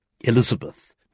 Elizabeth